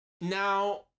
Now